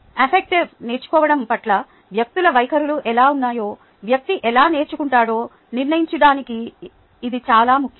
effective నేర్చుకోవడం పట్ల వ్యక్తుల వైఖరులు ఎలా ఉన్నాయో వ్యక్తి ఎలా నేర్చుకుంటాడో నిర్ణయించడానికి ఇది చాలా ముఖ్యం